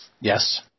Yes